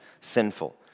sinful